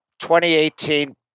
2018